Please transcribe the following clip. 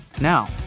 Now